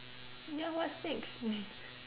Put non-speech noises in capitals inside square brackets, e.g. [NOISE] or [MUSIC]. ya what's next [LAUGHS]